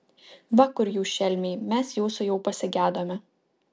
va kur jūs šelmiai mes jūsų jau pasigedome